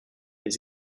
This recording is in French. les